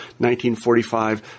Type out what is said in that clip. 1945